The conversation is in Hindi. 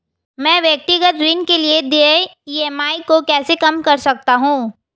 मैं व्यक्तिगत ऋण के लिए देय ई.एम.आई को कैसे कम कर सकता हूँ?